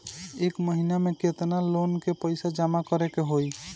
एक महिना मे केतना लोन क पईसा जमा करे क होइ?